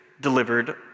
delivered